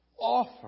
offer